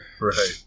Right